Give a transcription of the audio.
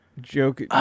joke –